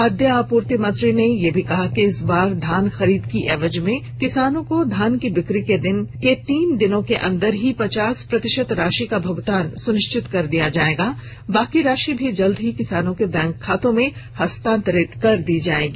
खाद्य आपूर्ति मंत्री ने यह भी कहा कि इस बार धान खरीद के एवज में किसानों को धान की बिक्री के तीन दिन के अंदर ही पचास प्रतिशत राशि का भुगतान सुनिश्चित कर दिया जाएगा शेष राशि भी जल्द ही किसानों के बैंक खाते में हस्तांतरित कर दी जायेगी